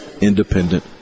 independent